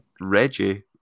Reggie